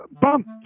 bump